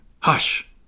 Hush